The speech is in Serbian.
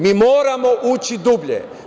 Mi moramo ući dublje.